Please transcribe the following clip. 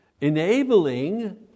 enabling